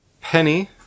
Penny